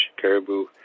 caribou